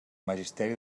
magisteri